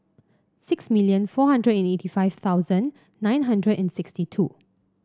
six million four hundred and eighty five thousand nine hundred and sixty two